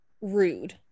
rude